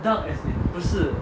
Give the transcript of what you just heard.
dark as in 不是